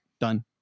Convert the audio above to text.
done